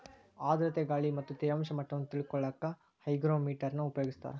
ಆರ್ಧ್ರತೆ ಗಾಳಿ ಮತ್ತ ತೇವಾಂಶ ಮಟ್ಟವನ್ನ ತಿಳಿಕೊಳ್ಳಕ್ಕ ಹೈಗ್ರೋಮೇಟರ್ ನ ಉಪಯೋಗಿಸ್ತಾರ